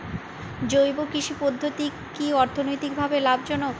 জৈব কৃষি পদ্ধতি কি অর্থনৈতিকভাবে লাভজনক?